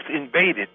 invaded